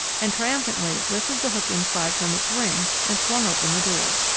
and triumphantly lifted the hook inside from its ring and swung open the door.